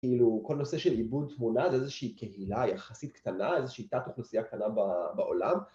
כאילו כל נושא של עיבוד תמונה זה איזושהי קהילה יחסית קטנה, איזושהי תת אוכלוסייה קטנה בעולם.